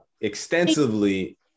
extensively